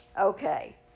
Okay